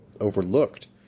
overlooked